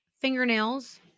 fingernails